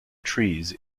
trees